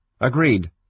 Agreed